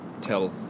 tell